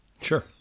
Sure